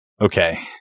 Okay